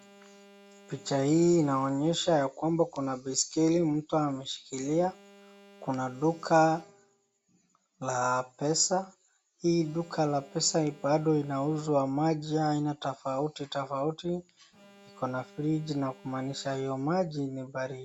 Picha hii inaonyesha kwamba kuna baiskeli mtu ameshikilia kuna duka la pesa hii duka la pesa bado inauza maji aina tofauti iko na fridge kumaanisha hiyo maji ni baridi.